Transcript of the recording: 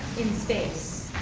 in space.